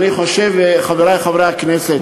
חברי חברי הכנסת,